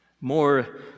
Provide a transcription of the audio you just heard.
more